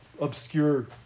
obscure